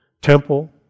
temple